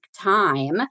time